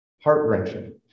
heart-wrenching